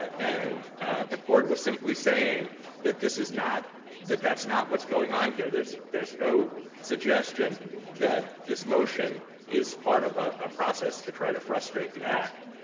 and the court was simply saying that this is not that that's not what's going on here, there's there's no suggestion that this motion is part of a process to try to frustrate the act.